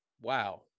wow